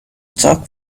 chalk